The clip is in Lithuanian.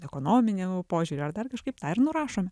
ekonominiu požiūriu ar dar kažkaip tą ir nurašom